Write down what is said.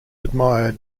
admired